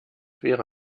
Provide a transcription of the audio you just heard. wäre